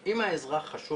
תמיד האזרח הקטן היחיד שנפגע.